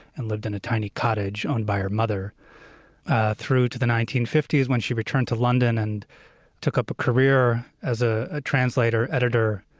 and lived in a tiny cottage owned by her mother through to the nineteen fifty s, when she returned to london and took up a career as a translator, editor,